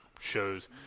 shows